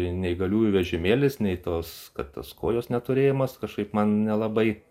neįgaliųjų vežimėlis nei tos kad tas kojos neturėjimas kažkaip man nelabai